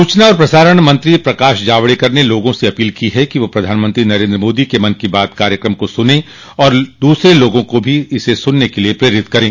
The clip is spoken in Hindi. सूचना और प्रसारण मंत्री प्रकाश जावडेकर ने लोगों से अपील की है कि प्रधानमंत्री नरेन्द्र मोदी के मन की बात कार्यक्रम को सनें तथा दूसरे लोगों को भी इसे सुनने के लिए प्रेरित करें